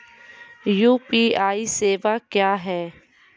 UPI सेवा क्या हैं?